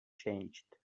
changed